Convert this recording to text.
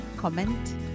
comment